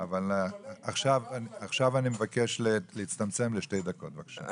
עכשיו אני מבקש להצטמצם לשתי דקות, בבקשה.